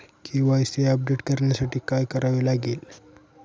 KYC update करण्यासाठी काय करावे लागेल?